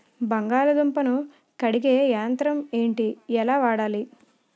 బంగాళదుంప ను కడిగే యంత్రం ఏంటి? ఎలా వాడాలి?